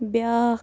بیٛاکھ